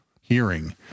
hearing